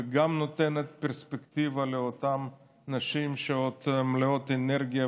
וגם נותן פרספקטיבה לאותן נשים שעוד מלאות אנרגיה,